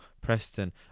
Preston